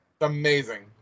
amazing